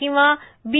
किंवा बी